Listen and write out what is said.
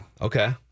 Okay